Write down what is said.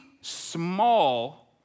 small